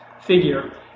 figure